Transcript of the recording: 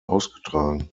ausgetragen